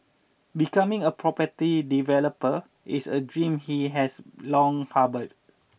becoming a property developer is a dream he has long harboured